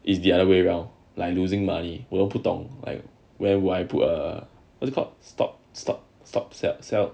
it's the other way round like losing money 我都不懂 like where where I put err what's called stop stop stop set sell